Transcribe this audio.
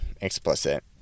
explicit